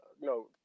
no